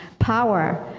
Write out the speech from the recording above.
power